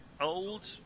old